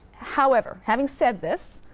however, having said this,